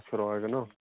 পাঁচশ টকাকৈ ন